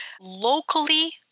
locally